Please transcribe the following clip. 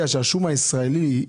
השום הישראלי.